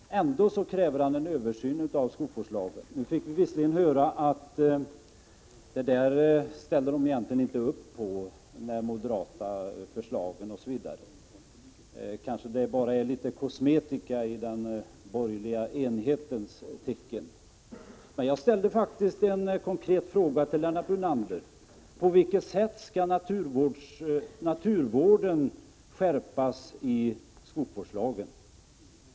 Ändå kräver han en översyn av skogsvårdslagen. Visserligen fick vi höra att centern egentligen inte ställer upp på moderaternas förslag. Kanske är det bara litet Jag vill ställa en konkret fråga till Lennart Brunander: På vilket sätt skall 15 maj 1987 reglerna när det gäller naturvården skärpas i skogsvårdslagen?